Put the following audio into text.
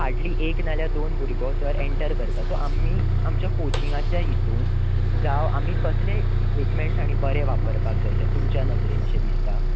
hardly एक नाल्यार दोन भुरगो सर एंटर करता सो आमी आमच्या कोचिंगांच्या हितून जावं आमी कसले इकव्पिमेंट्स आमी बरें वापरपाक जाय तुमच्या नदरेन अशें दिसता